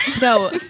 No